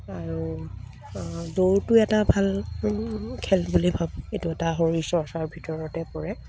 আৰু দৌৰটো এটা ভাল খেল বুলি ভাবোঁ এইটো এটা শৰীৰ চৰ্চাৰ ভিতৰতে পৰে